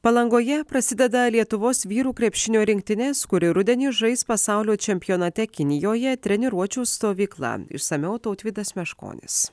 palangoje prasideda lietuvos vyrų krepšinio rinktinės kuri rudenį žais pasaulio čempionate kinijoje treniruočių stovykla išsamiau tautvydas meškonis